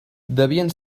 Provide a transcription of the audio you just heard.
devien